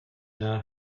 now